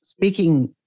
speaking